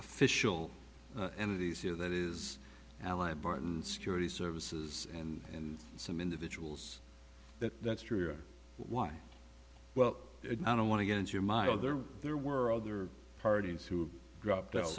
official entities here that is ally barton security services and some individuals that that's true why well i don't want to get into your mind are there there were other parties who dropped out